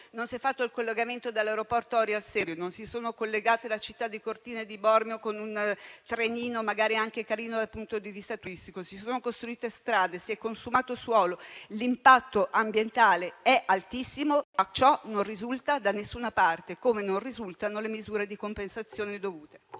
Non si è fatto il collegamento dall'aeroporto Orio al Serio, non si sono collegate le città di Cortina e di Bormio con un trenino, magari anche carino dal punto di vista turistico. Si sono costruite strade, si è consumato suolo. L'impatto ambientale è altissimo, ma ciò non risulta da nessuna parte, come non risultano le misure di compensazione dovute.